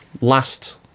last